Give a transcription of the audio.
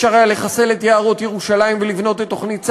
אפשר היה לחסל את יערות ירושלים ולבנות את תוכנית ספדיה,